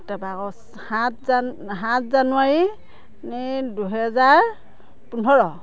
তাৰপৰা আকৌ সাত জান সাত জানুৱাৰী দুহেজাৰ পোন্ধৰ